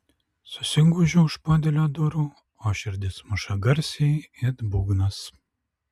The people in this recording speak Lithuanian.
susigūžiu už podėlio durų o širdis muša garsiai it būgnas